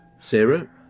Sarah